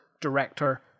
director